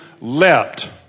leapt